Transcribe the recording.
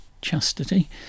Chastity